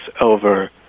over